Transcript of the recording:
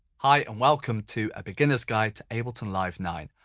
hi and welcome to a beginners guide to ableton live nine.